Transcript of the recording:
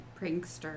prankster